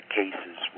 cases